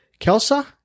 Kelsa